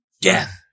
Death